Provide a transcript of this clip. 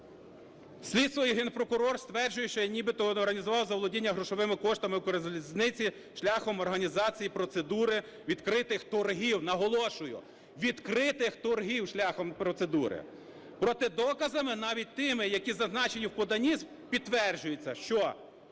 Слідство і Генпрокурор стверджують, що я нібито організував заволодіння грошовими коштами "Укрзалізниці" шляхом організації процедури відкритих торгів. Наголошую: відкритих торгів шляхом процедури! Проте доказами навіть тими, які зазначаються у поданні, підтверджується, що